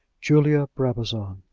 julia brabazon.